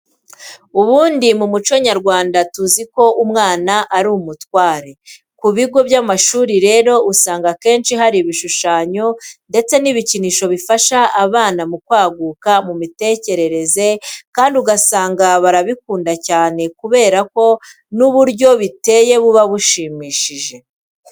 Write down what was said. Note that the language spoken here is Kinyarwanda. Ubundi mu muco nyarwanda tuzi ko umwana ari umutware. Ku bigo by'amashuri rero usanga akenshi hari ibishushanyo ndetse n'ibikinisho bifasha abana mu kwaguka mu mitekerereze kandi ugasanga barabikunda cyane kubera ko n'uburyo biteyemo buba bushimishije.